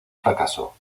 fracaso